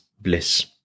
bliss